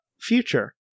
future